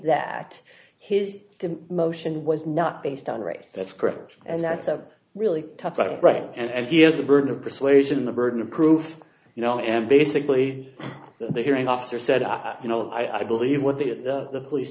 that his motion was not based on race that's correct as that's a really tough right and he has the burden of persuasion the burden of proof you know and basically the hearing officer said you know i believe what the the police